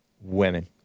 Women